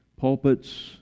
Pulpits